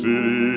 City